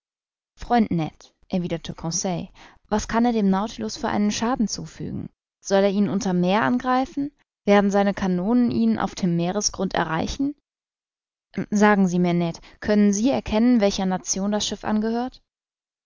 freund ned erwiderte conseil was kann er dem nautilus für einen schaden zufügen soll er ihn unter'm meer angreifen werden seine kanonen ihn auf dem meeresgrund erreichen sagen sie mir ned können sie erkennen welcher nation das schiff angehört